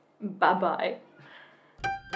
Bye-bye